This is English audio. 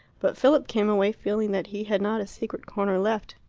but philip came away feeling that he had not a secret corner left.